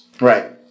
Right